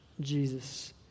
Jesus